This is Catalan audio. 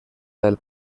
del